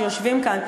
שיושבים כאן,